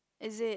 is it